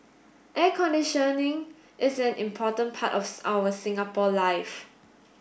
air conditioning is an important part of our Singapore life